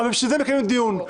בשביל זה מקיימים דיון.